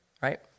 Right